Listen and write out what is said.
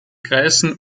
kreisen